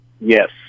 yes